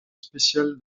spéciale